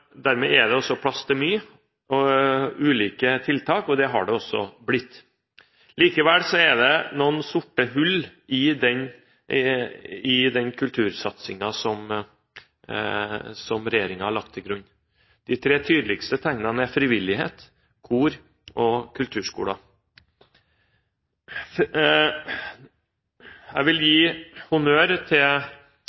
Dermed er det også plass til mange ulike tiltak, og det har det også blitt. Likevel er det noen sorte hull i denne kultursatsingen som regjeringen har lagt til grunn. De tre tydeligste tingene er frivillighet, kor og kulturskoler. Jeg vil